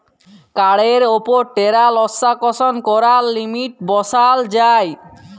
কাড়ের উপর টেরাল্সাকশন ক্যরার লিমিট বসাল যায়